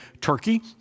Turkey